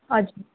हजुर